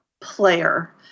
player